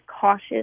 cautious